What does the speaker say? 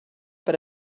per